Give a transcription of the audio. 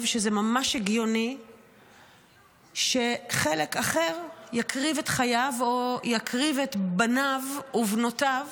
שזה ממש הגיוני שחלק אחר יקריב את חייו או יקריב את בניו ובנותיו